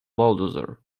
bulldozer